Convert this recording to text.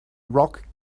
rock